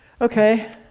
Okay